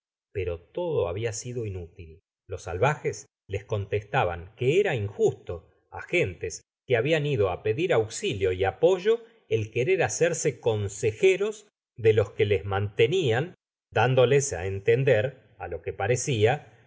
pero que todo habia sido inútil los salvajes les contestaban que era injusto á gentes que habian ido á pedir auxilio y apoyo el querer hacerse consejeros de los que les mantenian dándoles á entender á lo que parecía